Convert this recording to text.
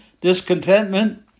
discontentment